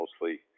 Mostly